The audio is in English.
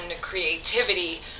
creativity